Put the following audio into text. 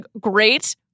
great